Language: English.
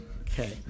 Okay